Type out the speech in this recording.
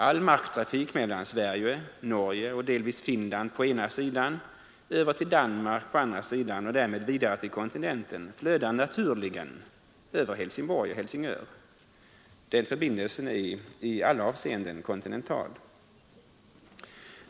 All marktrafik mellan Sverige, Norge och delvis Finland å ena sidan och Danmark å den andra och därefter vidare till kontinenten flödar naturligen över Helsingborg och Helsingör. Den förbindelsen är i alla avseenden kontinental.